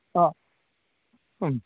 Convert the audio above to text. आम् म्